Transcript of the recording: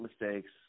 mistakes